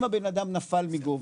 אם הבנאדם נפל מגובה,